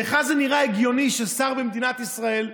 לך זה נראה הגיוני ששר במדינת ישראל,